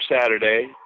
Saturday